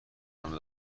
ادامه